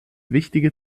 wichtige